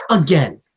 Again